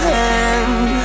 hand